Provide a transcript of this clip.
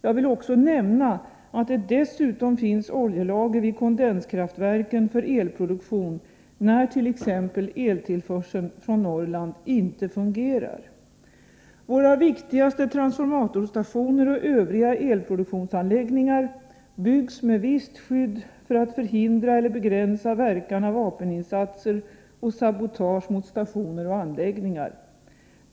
Jag vill också nämna att det dessutom finns oljelager vid kondenskraftverken för elproduktion när t.ex. eltillförseln från Norrland inte fungerar. Våra viktigaste transformatorstationer och övriga elproduktionsanläggningar byggs med visst skydd för att förhindra eller begränsa verkan av vapeninsatser och sabotage mot stationer och anläggningar.